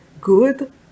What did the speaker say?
good